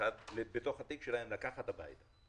בתוך התיק שלהם לקחת הביתה.